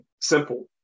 Simple